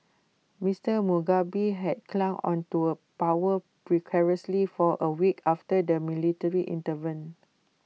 Mister Mugabe had clung on to power precariously for A week after the military intervened